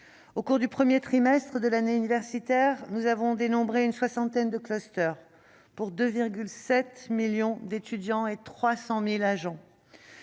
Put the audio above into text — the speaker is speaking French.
Au cours du premier trimestre de l'année universitaire, nous avons dénombré une soixantaine de clusters pour 2,7 millions d'étudiants et 300 000 agents,